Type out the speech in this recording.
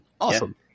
awesome